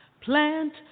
Plant